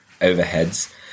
overheads